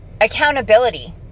accountability